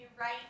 right